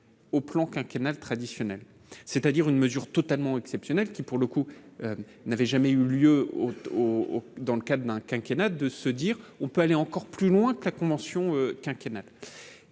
au plan quinquennal traditionnel, c'est-à-dire une mesure totalement exceptionnelle qui pour le coup, n'avait jamais eu lieu au au au dans le cadre d'un quinquennat de se dire on peut aller encore plus loin que la convention quinquennale